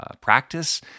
practice